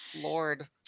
Lord